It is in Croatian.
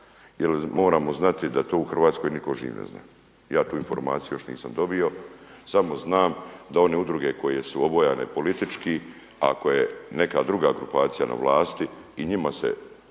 jel moramo znati da to u Hrvatskoj niko živ ne zna. Ja tu informaciju još nisam dobio, samo znam da one udruge koje su obojane politički, a koje neka druga grupacija na vlasti i njima se oduzmu